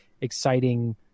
exciting